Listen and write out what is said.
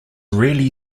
rarely